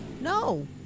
No